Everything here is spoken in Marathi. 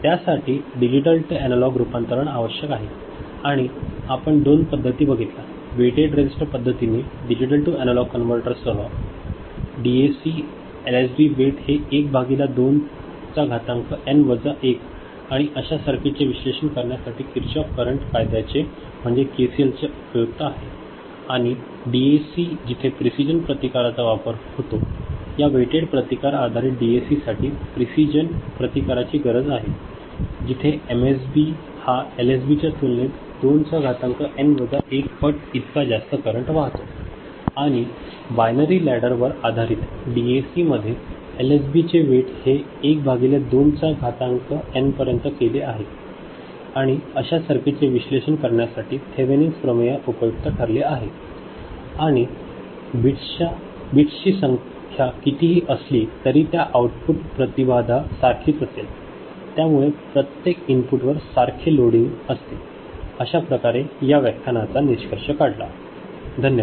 त्यासाठी डिजिटल ते एनालॉग रूपांतरण आवश्यक आहेआणि आपण दोन पद्धती बघितल्या वेटेड रेसिसटर पद्धतीने डिजिटल टू एनालॉग कन्व्हर्टरसह डीएसीचे एलएसबी वेट हे 1 भागिले 2 घातांक एन एन वजा 1 आणि अशा सर्किट चे विश्लेषण करण्यासाठी किर्चहोफच्या करंट कायद्याचे म्हणजे केसीएल उपयुक्त आहे आणि या डीएसी जिथे प्रेसिजन प्रतिकाराचा वापर होतो या वेटेड प्रतिकार आधारित डीएसी साठी प्रेसिजन प्रतिकाराचि गरज आहे जिथे एम एस बी हा एल एस बी च्या तुलनेत 2 चा घातांक एन वजा 1 पट इतका जास्त करंट वाहतो आणि बायनरी लॅडर वर आधारित डीएसी मध्ये एलएसबीचे वेट हे 1 भागिले २ घातांक एन पर्यंत केले आहे आणि अशा सर्किटचे विश्लेषण करण्यासाठी थेव्हिनिन प्रमेय उपयुक्त ठरले आहे आणि बिट्सची संख्या कितीही असली तरी त्याचा आउटपुट प्रतिबाधा सारखीच असते त्यामूळे प्रत्येक इनपुट वर सारखे लोडिंग असते अश्याप्रकारे या व्याख्यानचा निष्कर्ष काढला धन्यावाद